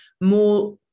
more